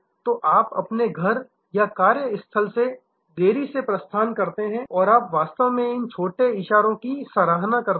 तो आप अपने घर या कार्यस्थल से प्रस्थान में देरी करते हैं और आप वास्तव में इन छोटे इशारों की सराहना करते हैं